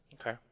Okay